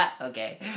Okay